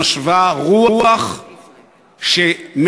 נשבה רוח שמתירה